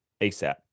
ASAP